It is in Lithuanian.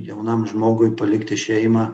jaunam žmogui palikti šeimą